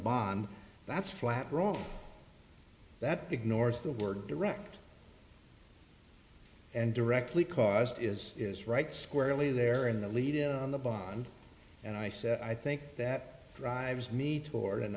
bonn that's flat wrong that ignores the word direct and directly cost is is right squarely there in the lead in the bond and i said i think that drives me toward an